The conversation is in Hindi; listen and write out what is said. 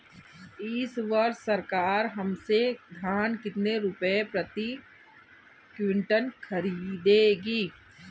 इस वर्ष सरकार हमसे धान कितने रुपए प्रति क्विंटल खरीदेगी?